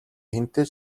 хэнтэй